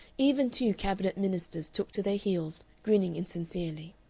even two cabinet ministers took to their heels, grinning insincerely.